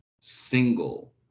single